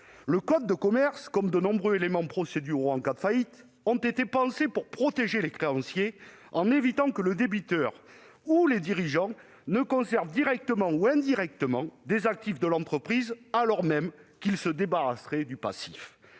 Le code de commerce, comme de nombreux éléments procéduraux en cas de faillite, a été pensé pour protéger les créanciers. Il s'agit d'éviter que le débiteur ou les dirigeants ne conservent directement ou indirectement des actifs de l'entreprise, alors même qu'ils se débarrasseraient du passif.